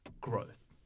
growth